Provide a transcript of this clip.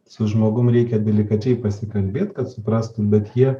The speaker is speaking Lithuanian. su žmogum reikia delikačiai pasikalbėt kad suprastum bet jie